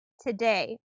today